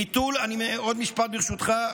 עוד משפט, ברשותך.